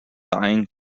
dying